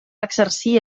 exercir